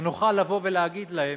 שנוכל להגיד להם: